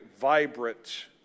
vibrant